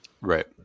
Right